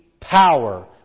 power